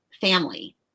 family